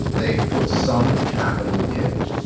they've put some capital in,